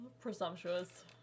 presumptuous